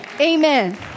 Amen